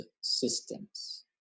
systems